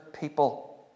people